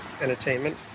entertainment